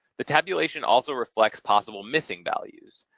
the tabulation also reflects possible missing values.